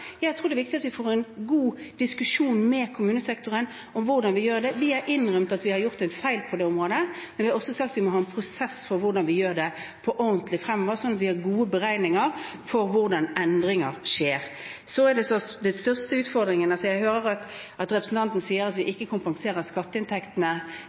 Jeg tror det er viktig at vi får en god diskusjon med kommunesektoren om hvordan vi gjør det. Vi har innrømmet at vi har gjort en feil på det området, men vi har også sagt at vi må ha en prosess for hvordan vi gjør det ordentlig fremover, sånn at vi har gode beregninger for hvordan endringer skjer. Jeg hører at representanten sier at vi ikke kompenserer skatteinntektenes bortfall. Det er jo sånn at